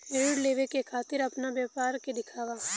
ऋण लेवे के खातिर अपना व्यापार के दिखावा?